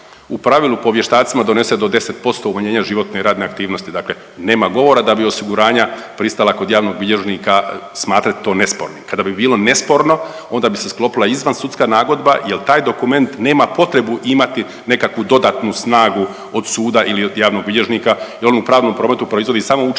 u pravu po vještacima donese do 10% umanjenja životne i radne aktivnosti. Dakle, nema govora da bi osiguranja pristala kod javnog bilježnika smatrat to nespornim. Kada bi bilo nesporno onda bi se sklopila izvansudska nagodba jer taj dokument nema potrebu imati nekakvu dodatnu snagu od suda ili od javnog bilježnika i on u pravnom prometu proizvodi samo učinak